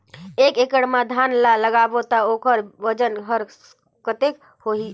एक एकड़ मा धान ला लगाबो ता ओकर वजन हर कते होही?